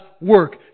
work